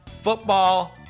football